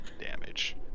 damage